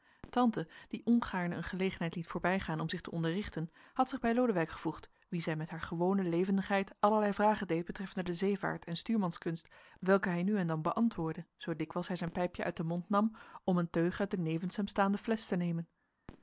tante die ongaarne een gelegenheid liet voorbijgaan om zich te onderrichten had zich bij lodewijk gevoegd wien zij met hare gewone levendigheid allerlei vragen deed betreffende de zeevaart en stuurmanskunst welke hij nu en dan beantwoordde zoo dikwijls hij zijn pijpje uit den mond nam om een teug uit de nevens hem staande flesch te nemen